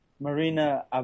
marina